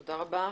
תודה רבה.